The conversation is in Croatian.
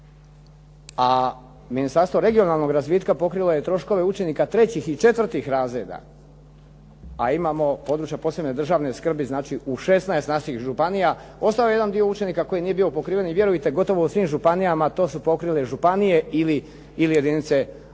a Ministarstvo regionalnog razvitka pokrilo je troškove učenika trećih i četvrtih razreda. A imamo područja posebne državni skrbi, znači u 16 naših županija ostao je jedan dio učenika koji nije bio pokriven i vjerujte, u gotovo svim županijama to su pokrile županije ili jedinice lokalne